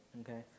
Okay